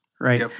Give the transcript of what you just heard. Right